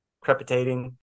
crepitating